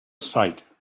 sight